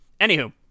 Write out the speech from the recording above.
Anywho